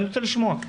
אני רוצה לשמוע.